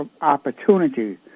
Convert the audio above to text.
opportunity